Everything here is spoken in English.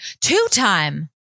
two-time